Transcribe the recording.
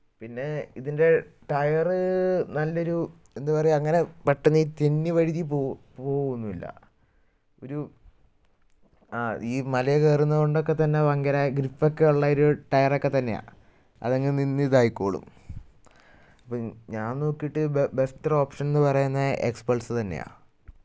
പിന്നേ ഇതിൻ്റെ ടയറ് നല്ലൊരു എന്താ പറയുക അങ്ങനെ പെട്ടെന്ന് ഈ തെന്നി വഴുതി പോകുവോന്നും ഇല്ല ഒരു ഈ മല കയറുന്നത് കൊണ്ടൊക്കെ തന്നെ ഭയങ്കര ഗ്രിപ്പൊക്കെ ഉള്ളൊരു ടയറൊക്കെ തന്നെയാണ് അതങ്ങ് നിന്നിതായിക്കോളും അപ്പം ഞാൻ നോക്കിയിട്ട് ബെസ്റ്റ് ഒരു ഓപ്ഷൻ എന്ന് പറയുന്നത് എക്സ് പ്ലസ് തന്നെയാണ്